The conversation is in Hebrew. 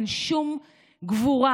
אין שום גבורה